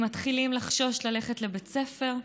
הם מתחילים לחשוש ללכת לבית הספר,